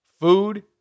food